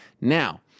Now